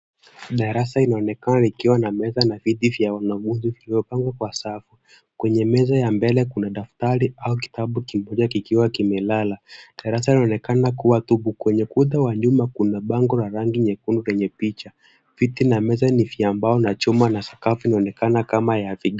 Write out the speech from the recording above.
Darasa inaonekana ikiwa na meza na viti vya wanafunzi zikiwa zimepangwa kwa safu. Kwenye meza ya mbele kuna daftari au kitabu kimoja kikiwa kimelala. Darasa laonekana kuwa tupu. Kwenye kuta wa nyuma kuna bango la rangi nyekundu yenye picha. Viti na meza ni vya mbao na chumba na sakafu inaonekana kama ya vigae.